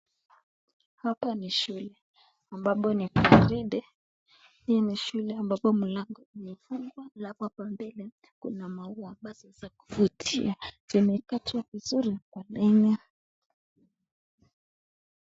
Hapa ni shule ambapo ni gwaride. Hii ni shule ambapo mlango umefungwa. Alafu hapa mbele kuna maua ambazo zakuvutia. Zimekatwa vizuri kwa laini.